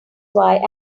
why